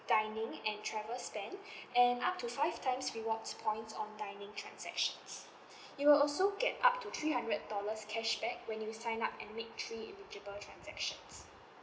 dining and travel spend and up to five times rewards point on dining transaction you will also get up to three hundred dollars cashback when you sign up and make three eligible transactions